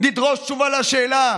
נדרוש תשובה על השאלה: